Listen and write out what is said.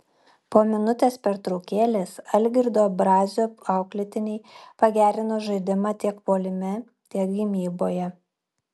po minutės pertraukėlės algirdo brazio auklėtiniai pagerino žaidimą tiek puolime tiek gynyboje